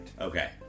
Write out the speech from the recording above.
Okay